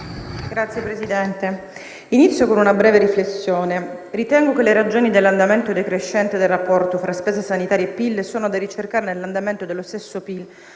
Signor Presidente, inizio con una breve riflessione: ritengo che le ragioni dell'andamento decrescente del rapporto tra spesa sanitaria e PIL sono da ricercare nell'andamento dello stesso PIL,